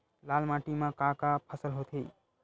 लाल माटी म का का फसल होथे?